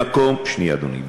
במקום, שנייה, אדוני.